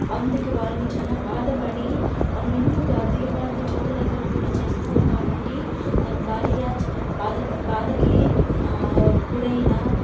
అందుకి వారిని చానా బాధపడి మనమెందుకు ఆ ద్వీపాన్ని చూడలేకోకుండా చేస్తున్నారు కాబట్టి తను భార్యా బాధకి గురైన